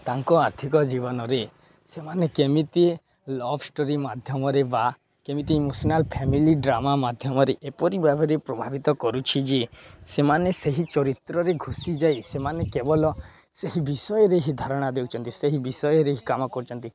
ତାଙ୍କ ଆର୍ଥିକ ଜୀବନରେ ସେମାନେ କେମିତି ଲଭ୍ ଷ୍ଟୋରି ମାଧ୍ୟମରେ ବା କେମିତି ଇମୋସ୍ନାଲ୍ ଫ୍ୟାମିଲି ଡ୍ରାମା ମାଧ୍ୟମରେ ଏପରି ଭାବରେ ପ୍ରଭାବିତ କରୁଛି ଯେ ସେମାନେ ସେହି ଚରିତ୍ରରେ ଘୁଷି ଯାଇ ସେମାନେ କେବଲ ସେହି ବିଷୟରେ ହିଁ ଧାରଣା ଦେଉଛନ୍ତି ସେହି ବିଷୟରେ ହି କାମ କରୁଛନ୍ତି